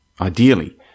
ideally